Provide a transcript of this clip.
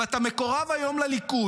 אם אתה מקורב היום לליכוד,